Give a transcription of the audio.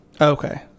Okay